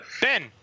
Ben